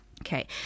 Okay